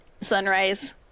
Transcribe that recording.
sunrise